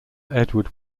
edward